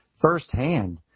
firsthand